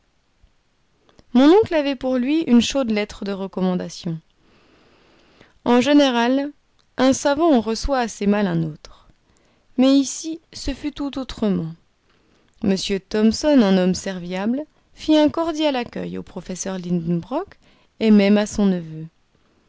mon oncle avait pour lui une chaude lettre de recommandation en général un savant en reçoit assez mal un autre mais ici ce fut tout autrement m thomson en homme serviable fit un cordial accueil au professeur lidenbrock et même à son neveu